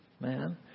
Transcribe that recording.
man